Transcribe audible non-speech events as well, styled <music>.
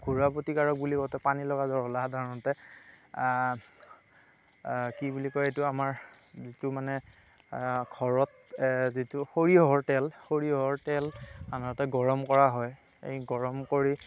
ঘৰুৱা প্ৰতিকাৰক বুলি কওঁতে পানীলগা জ্বৰ হ'লে সাধাৰণতে কি বুলি কয় এইটো আমাৰ যিটো মানে ঘৰত যিটো সৰিয়হৰ তেল সৰিয়হৰ তেল <unintelligible> গৰম কৰা হয় এই গৰম কৰি